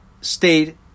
state